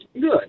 good